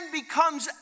becomes